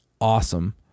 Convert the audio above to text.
awesome